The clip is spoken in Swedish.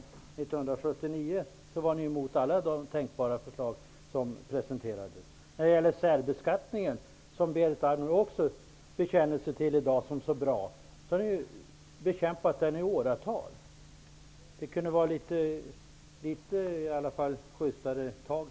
År 1979 var ni socialdemokrater emot alla de tänkbara förslag som presenterades. Särbeskattning, som Berit Andnor bekänner sig till i dag, har socialdemokraterna bekämpat i åratal. Jag efterlyser litet sjystare tag.